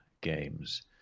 games